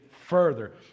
further